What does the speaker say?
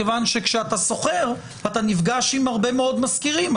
מכיוון שכשאתה שוכר אתה נפגש עם הרבה מאוד משכירים.